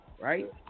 right